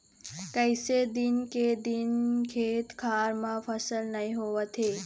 कइसे दिन के दिन खेत खार म फसल नइ होवत हे